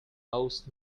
most